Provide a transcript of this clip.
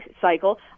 cycle